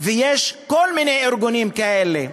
ויש כל מיני ארגונים כאלה.